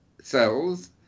cells